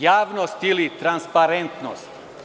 Javnost ili transparentnost.